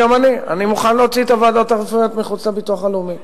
וגם אני: אני מוכן להוציא את הוועדות הרפואיות מחוץ לביטוח הלאומי,